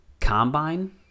Combine